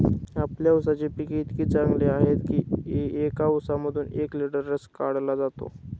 आपल्या ऊसाची पिके इतकी चांगली आहेत की एका ऊसामधून एक लिटर रस काढला जातो